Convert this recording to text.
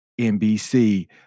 nbc